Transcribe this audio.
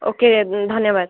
okay ଧନ୍ୟବାଦ